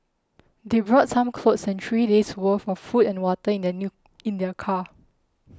they brought some clothes and three days' worth of food and water in their new in their car